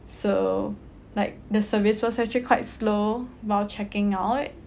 so like the service was actually quite slow while checking out